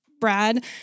brad